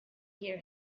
hear